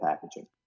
packaging